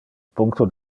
puncto